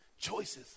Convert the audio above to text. Choices